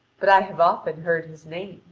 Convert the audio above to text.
but i have often heard his name.